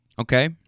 Okay